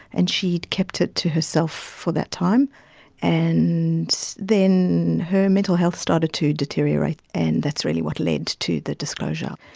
and she'd kept it to herself for that time and then her mental health started to deteriorate and that's really what led to to the disclosure.